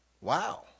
Wow